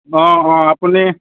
অঁ অঁ আপুনি